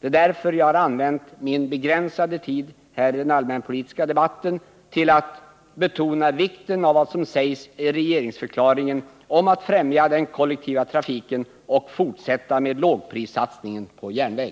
Det är därför jag använt min begränsade tid här i den allmänpolitiska debatten till att betona vikten av vad som sägs i regeringsförklaringen om att främja den kollektiva trafiken och fortsätta med lågprissatsningen på järnväg.